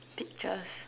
pictures